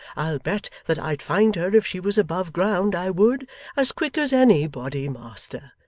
i'll bet that i'd find her if she was above ground, i would, as quick as anybody, master.